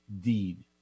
deed